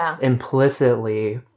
implicitly